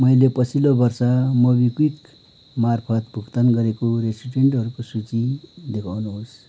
मैले पछिल्लो वर्ष मोबिक्विक मार्फत भुक्तान गरेको रेस्टुरेन्टहरूको सूची देखाउनुहोस्